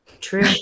True